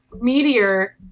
meteor